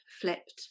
flipped